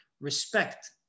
respect